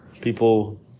people